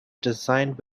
designed